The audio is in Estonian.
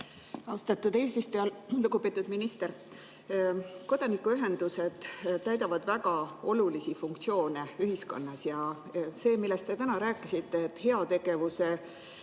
Austatud eesistuja! Lugupeetud minister! Kodanikuühendused täidavad väga olulisi funktsioone ühiskonnas. See, millest te täna rääkisite, et heategevuse